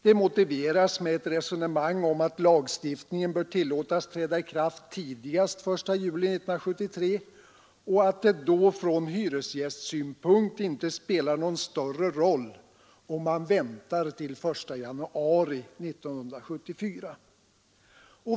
Det motiveras med ett resonemang om att lagstiftningen bör tillåtas träda i kraft tidigast den 1 juli 1973 och att det då från hyresgästsynpunkt inte spelar någon större roll om man väntar till den 1 januari 1974.